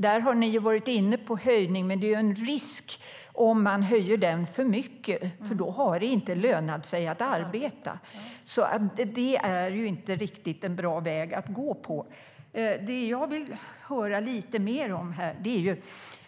Där har ni varit inne på en höjning, men det finns en risk med att höja den för mycket. Då har det inte lönat sig att arbeta. Det är alltså inte någon riktigt bra väg att gå. Det jag vill höra lite mer om är